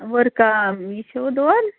ؤرکا یہِ چھُوٕ دۄد